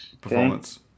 performance